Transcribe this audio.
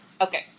Okay